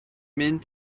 mynd